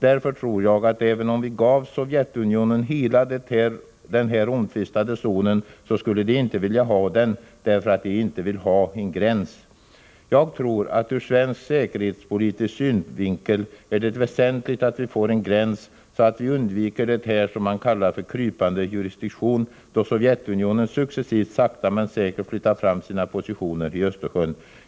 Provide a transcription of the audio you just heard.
Därför tror jag att även om vi gav Sovjetunionen hela den här omtvistade zonen så skulle de inte vilja ha den därför att de vill inte ha en gräns. Jag tror att ur svensk säkerhetspolitisk synvinkel är det väsentligt att vi får en gräns så att vi undviker det här som man kallar för krypande jurisdiktion, då Sovjetunionen successivt sakta men säkert flyttar fram sina positioner i Östersjön.